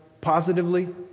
positively